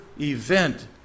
event